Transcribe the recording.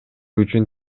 үчүн